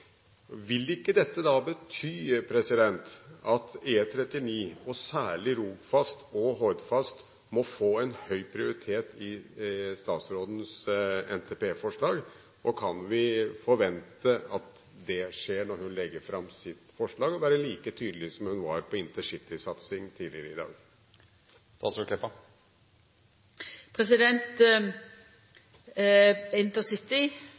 Vil ikke dette da bety at E39, og særlig Rogfast og Hordfast, må få en høy prioritet i statsrådens NTP-forslag? Kan vi forvente at det skjer når hun legger fram sitt forslag, og er like tydelig som hun var på Intercity-satsing tidligere i dag?